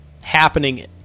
happening